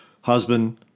husband